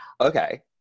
Okay